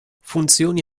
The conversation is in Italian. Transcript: funzioni